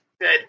good